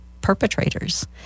perpetrators